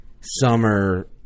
summer